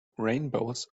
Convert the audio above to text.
rainbows